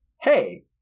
hey